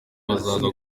bazaza